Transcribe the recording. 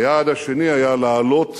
היעד השני היה להעלות